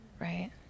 Right